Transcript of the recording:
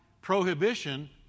prohibition